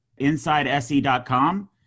insidese.com